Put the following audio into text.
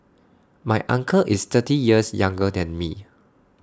my uncle is thirty years younger than me